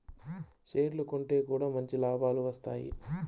షేర్లు కొంటె కూడా మంచి లాభాలు వత్తాయి